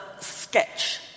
sketch